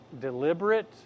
Deliberate